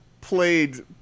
played